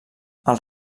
els